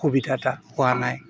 অসুবিধা এটা হোৱা নাই